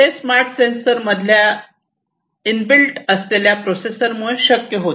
हे smart sensor मधल्या inbuilt असलेल्या प्रोसेसर मुळे शक्य होते